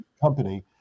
company